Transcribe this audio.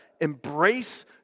embrace